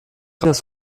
das